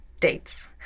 dates